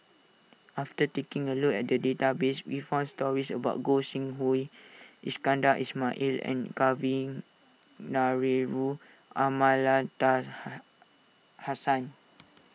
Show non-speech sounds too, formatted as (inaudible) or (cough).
after taking a look at the database we found stories about Gog Sing Hooi Iskandar Ismail and Kavignareru (unintelligible)